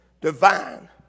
divine